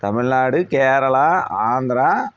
Tamil Nadu Kerala Andhra